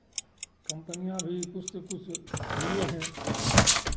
कंपनियाँ भी कुछ से कुछ हइए हैं